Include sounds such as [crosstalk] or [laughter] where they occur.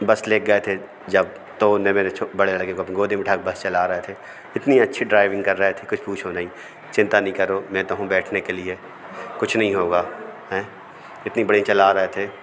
बस लेके गए थे जब तो ने मेरे [unintelligible] बड़े भाई के [unintelligible] गोदी में बिठाके बस चला रहे थे इतनी अच्छी ड्राइविंग कर रहे थे कुछ पूछो नहीं चिंता नहीं करो में तो हूँ बैठने के लिए कुछ नहीं होगा इतनी बड़ी चल रहे थे